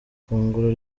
ifunguro